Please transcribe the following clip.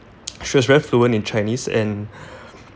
she was very fluent in chinese and